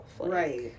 Right